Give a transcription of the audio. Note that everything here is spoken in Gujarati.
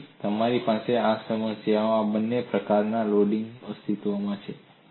તેથી તમારી પાસે આ સમસ્યામાં આ બંને પ્રકારના લોડિંગ અસ્તિત્વમાં છે